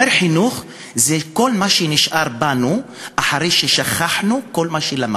הוא אומר: חינוך זה כל מה שנשאר בנו אחרי ששכחנו כל מה שלמדנו.